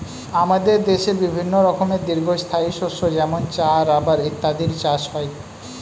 আমাদের দেশে বিভিন্ন রকমের দীর্ঘস্থায়ী শস্য যেমন চা, রাবার ইত্যাদির চাষ হয়